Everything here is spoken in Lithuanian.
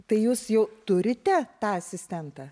tai jūs jau turite tą asistentą